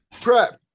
prep